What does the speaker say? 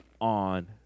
on